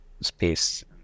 space